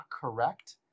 correct